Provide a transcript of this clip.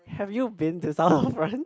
have you been to south of France